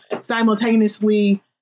simultaneously